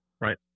Right